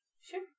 Sure